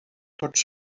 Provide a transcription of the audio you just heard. tots